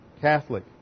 Catholic